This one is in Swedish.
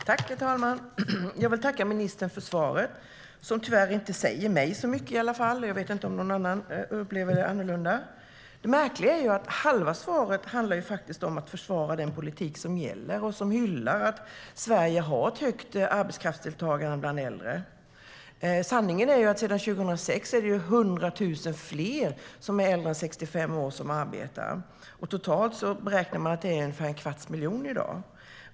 Herr talman! Jag vill tacka ministern för svaret som tyvärr inte säger mig så mycket i alla fall, och jag vet inte om någon annan upplever det annorlunda. Sanningen är att sedan 2006 är det 100 000 fler äldre än 65 år som arbetar. Totalt beräknar man att det är ungefär en kvarts miljon i dag.